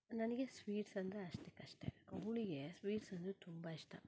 ನನಗೆ ಸ್ವೀಟ್ಸ್ ಅಂದರೆ ಅಷ್ಟಕ್ಕಷ್ಟೇ ಅವ್ಳಿಗೆ ಸ್ವೀಟ್ಸ್ ಅಂದರೆ ತುಂಬ ಇಷ್ಟ